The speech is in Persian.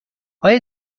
آیا